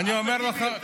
אני אומר לך,